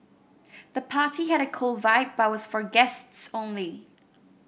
the party had a cool vibe but was for guests only